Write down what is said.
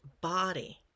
body